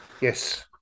Yes